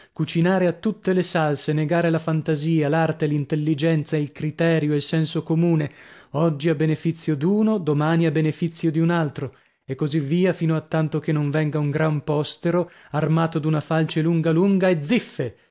cucinare a tutte le salse negare la fantasia l'arte l'intelligenza il criterio il senso comune oggi a benefizio d'uno domani a benefizio di un altro e così via fino a tanto che non venga un gran postero armato d'una falce lunga lunga e ziffe